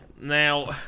Now